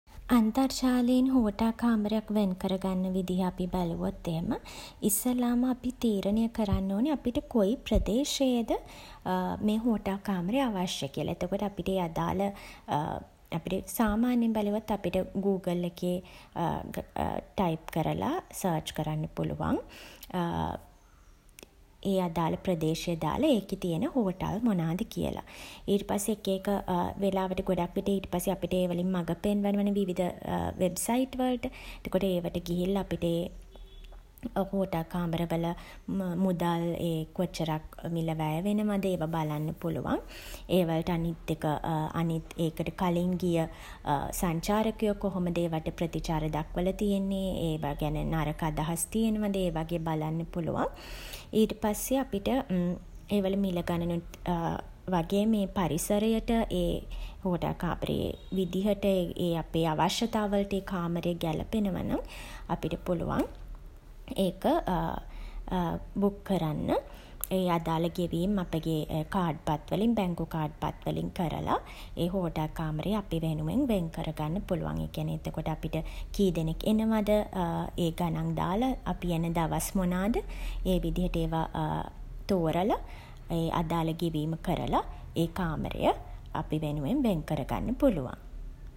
අන්තර්ජාලයෙන් hotel කාමරයක් වෙන් කරගන්න විදිහ අපි බැලුවොත් එහෙම ඉස්සෙල්ලාම අපි තීරණය කරන්න ඕනෙ අපිට කොයි ප්‍රදේශයේද මේ හෝටල් කාමරය අවශ්‍ය කියලා. එතකොට අපිට ඒ අදාළ අපිට සාමාන්‍යයෙන් බැලුවොත් අපිට ගූගල් එකේ ටයිප් කරලා සර්ච් කරන්න පුළුවන් ඒ අදාළ ප්‍රදේශය දාල ඒකෙ තියෙන හෝටල් මොනාද කියල. ඊට පස්සේ එක එක වෙලාවට ගොඩක් විට ඊට පස්සේ අපිට ඒවලින් මඟ පෙන්වනවනේ විවිධ වෙබ් සයිට් වලට. එතකොට ඒවට ගිහිල්ලා අපිට ඒ හෝටල් කාමර වල මුදල් ඒ කොච්චරක් මිළ වැය වෙනවද කියල බලන්න පුළුවන්. ඒකට අනිත් එක ඒකට කලින් ගිය සංචාරකයෝ කොහොමද ඒවාට ප්‍රතිචාර දක්වල තියෙන්නේ ඒවා ගැන නරක අදහස් තියෙනවද ඒ වගේ බලන්න පුළුවන්. ඊට පස්සේ අපිට ඒවල මිළ ගණනුත් වගේම ඒවල පරිසරයට ඒ හෝටල් කාමරයේ විදිහට අපේ අවශ්‍යතා වලට ඒ කාමරය ගැළපෙනව නම් අපිට පුළුවන් ඒක බුක් කරන්න. ඒ අදාළ ගෙවීම් අපගේ කාඩ් පත් වලින් බැංකු කාඩ් පත් වලින් කරලා ඒ හෝටල් කාමරය අපි වෙනුවෙන් වෙන් කරගන්න පුළුවන්. ඒ කියන්නේ එතකොට අපිට කී දෙනෙක් එනවද ඒ ගණන් දාල අපි එන දවස් මොනාද ඒ විදිහට ඒව තෝරලා ඒ අදාළ ගෙවීම කරලා ඒ කාමරය අපි වෙනුවෙන් වෙන් කර ගන්න පුළුවන්.